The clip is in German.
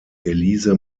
elise